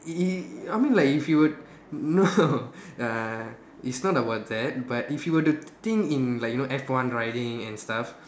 it I mean like if you would no uh it's not about that but if you were to think in like you know F one riding and stuff